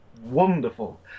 wonderful